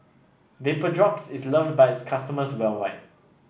Vapodrops is loved by its customers worldwide